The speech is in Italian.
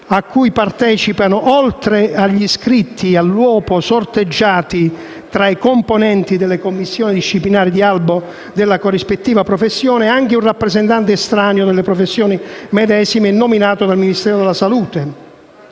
cui partecipa, oltre agli iscritti all'uopo sorteggiati tra i componenti delle commissioni disciplinari di albo della corrispettiva professione, anche un rappresentante estraneo alle professioni medesime nominato dal Ministero della salute.